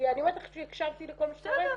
אני אומרת לך שהקשבתי לכל מה שקורה כאן.